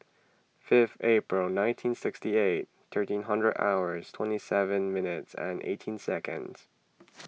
fifth April nineteen sixty eight thirteen hundred hours twenty seven minutes and eighteen seconds